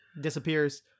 Disappears